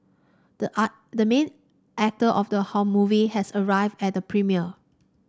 the the main actor of the whole movie has arrived at the premiere